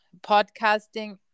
podcasting